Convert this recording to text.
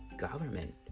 Government